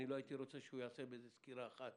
לא ארצה שיעשה סקירה אחת